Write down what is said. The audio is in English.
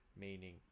meaning